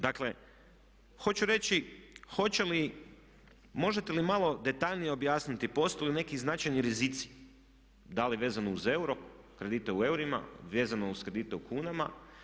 Dakle, hoću reći možete li malo detaljnije objasniti postoje li neki značajniji rizici, da li vezano uz euro, kredite u eurima, vezano uz kredite u kunama?